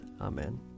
Amen